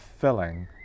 filling